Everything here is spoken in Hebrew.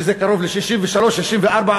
שזה קרוב ל-63% 64%,